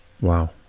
Wow